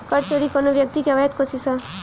कर चोरी कवनो व्यक्ति के अवैध कोशिस ह